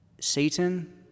Satan